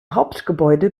hauptgebäude